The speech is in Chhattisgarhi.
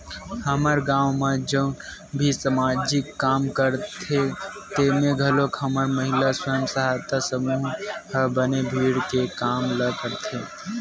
हमर गाँव म जउन भी समाजिक काम रहिथे तेमे घलोक हमर महिला स्व सहायता समूह ह बने भीड़ के काम ल करथे